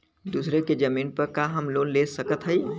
दूसरे के जमीन पर का हम लोन ले सकत हई?